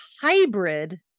hybrid